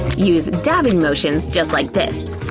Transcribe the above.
use dabbing motions just like this.